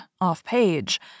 off-page